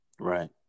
right